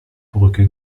brücke